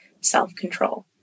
self-control